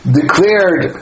declared